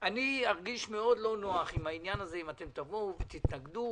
ארגיש מאוד לא נוח עם העניין אם תבואו ותתנגדו.